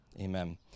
Amen